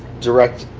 direct